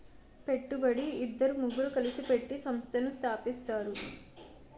పెట్టుబడి ఇద్దరు ముగ్గురు కలిసి పెట్టి సంస్థను స్థాపిస్తారు